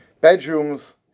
bedrooms